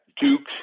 Duke's